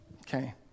Okay